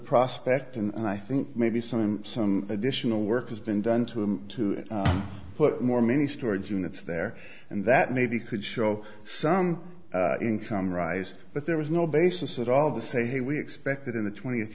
prospect and i think maybe some some additional work has been done to him to put more money storage units there and that maybe could show some income rise but there was no basis at all the say hey we expected in the twentieth